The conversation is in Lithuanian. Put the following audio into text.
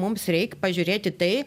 mums reik pažiūrėt į tai